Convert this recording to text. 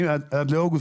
אני עד לאוגוסט,